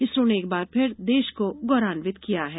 इसरो ने एक बार फिर देश को गौरवान्वित किया है